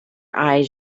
eyes